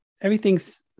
everything's